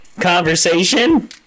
conversation